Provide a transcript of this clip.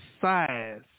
size